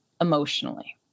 emotionally